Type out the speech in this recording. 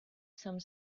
some